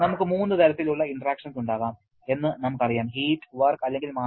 നമുക്ക് മൂന്ന് തരത്തിലുള്ള ഇന്ററാക്ഷൻസ് ഉണ്ടാകാം എന്ന് നമുക്കറിയാം ഹീറ്റ് വർക്ക് അല്ലെങ്കിൽ മാസ്